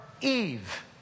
Eve